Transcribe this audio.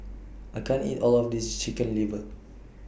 I can't eat All of This Chicken Liver